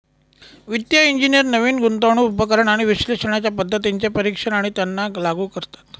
वित्तिय इंजिनियर नवीन गुंतवणूक उपकरण आणि विश्लेषणाच्या पद्धतींचे परीक्षण आणि त्यांना लागू करतात